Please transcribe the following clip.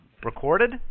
Recorded